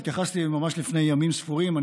התייחסתי ממש לפני ימים ספורים.